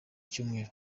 cyumweru